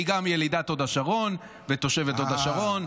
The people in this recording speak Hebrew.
והיא גם ילידת הוד השרון ותושבת הוד השרון,